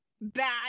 bad